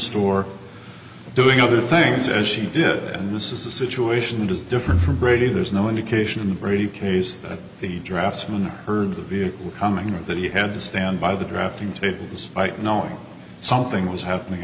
store doing other things as she did and this is a situation that is different from brady there's no indication in the brady case that the draftsman heard the vehicle coming or that he had to stand by the drafting table despite knowing something was happening